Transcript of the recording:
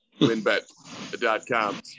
winbet.com